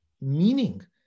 meaning